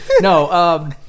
No